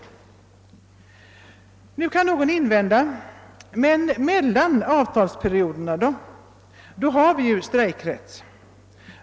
Nu kan någon invända: Men mellan avtalsperioderna har vi ju strejkrätt.